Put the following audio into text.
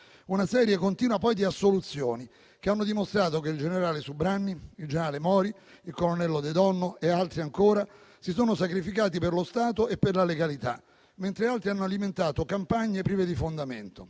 una serie continua poi di assoluzioni, che hanno dimostrato che il generale Subranni, il generale Mori, il colonnello De Donno e altri ancora si sono sacrificati per lo Stato e per la legalità, mentre altri hanno alimentato campagne prive di fondamento.